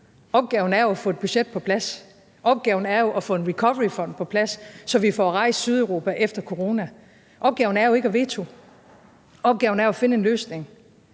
opgaven er at få et budget på plads, opgaven er at få en recoveryfond på plads, så vi får genrejst Sydeuropa efter coronaen. Opgaven er jo ikke at vetoe, opgaven er at finde en løsning.